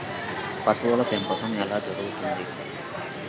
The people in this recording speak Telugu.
పశువుల పెంపకం ఎలా జరుగుతుంది?